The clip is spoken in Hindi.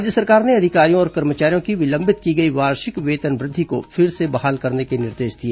राज्य सरकार ने अधिकारियों और कर्मचारियों की विलंबित की गई वार्षिक वेतन वृद्धि को फिर से बहाल करने के निर्देश दिए